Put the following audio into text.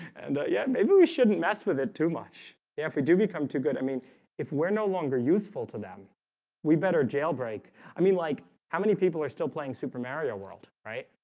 and yeah, maybe we shouldn't mess with it too much yeah if we do become too good i mean if we're no longer useful to them we better jailbreak i mean like how many people are still playing super mario world, right?